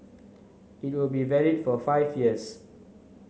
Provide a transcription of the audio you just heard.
it will be valid for five years